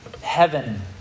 heaven